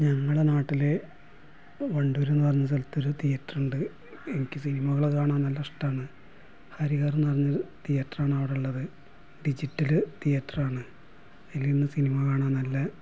ഞങ്ങളെ നാട്ടിൽ വണ്ടൂർ എന്ന് പറഞ്ഞ സ്ഥലത്ത് ഒരു തിയേറ്റർ ഉണ്ട് എനിക്ക് സിനിമകള് കാണാന് നല്ല ഇഷ്ടമാണ് ഹരിഹര് എന്ന് പറഞ്ഞ തിയേറ്റർ ആണ് അവിടെ ഉള്ളത് ഡിജിറ്റൽ തിയേറ്റർ ആണ് അതിലിരുന്ന് സിനിമ കാണാന് നല്ല